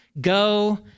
go